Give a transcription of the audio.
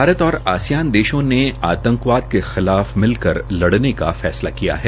भारत और आसियान देश ने आतंकवाद के खिलाफ मिलकर लड़ने का फैसला किया है